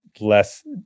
less